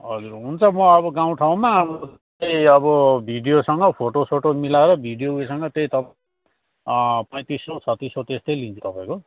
हजुर हुन्छ म अब गाउँ ठाउँमा त्यही अब भिडियोसँग फोटोसोटो मिलाएर भिडियो उसँग त्यही त पैँतिस सौ छत्तिस सौ त्यस्तै लिन्छु तपाईँको